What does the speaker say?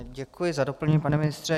Děkuji za doplnění, pane ministře.